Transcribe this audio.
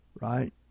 right